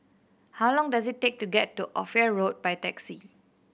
how long does it take to get to Ophir Road by taxi